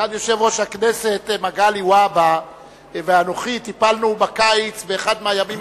סגן יושב-ראש הכנסת מגלי והבה ואנוכי טיפלנו באחד מהימים